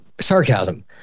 sarcasm